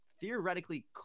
theoretically